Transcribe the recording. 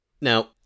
now